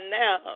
now